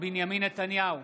בנימין נתניהו,